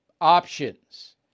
Options